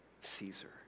Caesar